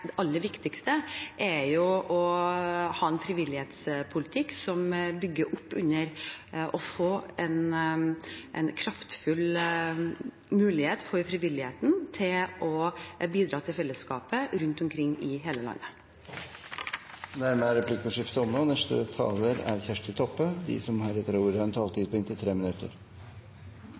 det aller viktigste, er å ha en frivillighetspolitikk som bygger opp under og gir en kraftfull mulighet for frivilligheten til å bidra til fellesskapet rundt omkring i hele landet. Dermed er replikkordskiftet omme. De talere som heretter får ordet, har også en taletid på inntil 3 minutter.